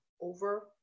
over